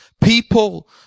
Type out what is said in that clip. people